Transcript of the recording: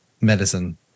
medicine